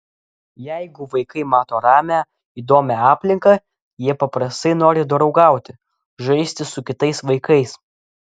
jeigu vaikai mato ramią įdomią aplinką jie paprastai nori draugauti žaisti su kitais vaikais